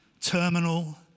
terminal